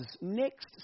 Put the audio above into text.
next